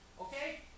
okay